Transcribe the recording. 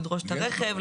לדרוש את הרכב,